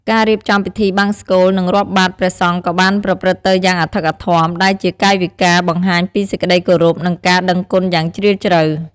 ការរៀបចំពិធីបង្សុកូល និងរាប់បាត្រព្រះសង្ឃក៏បានប្រព្រឹត្តទៅយ៉ាងអធិកអធម ដែលជាកាយវិការបង្ហាញពីសេចក្តីគោរព និងការដឹងគុណយ៉ាងជ្រាលជ្រៅ។